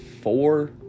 four